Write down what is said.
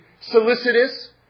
solicitous